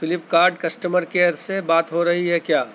Flipkart customer care سے بات ہو رہی ہے کیا